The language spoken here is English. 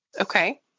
Okay